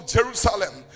Jerusalem